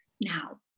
now